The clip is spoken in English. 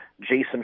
Jason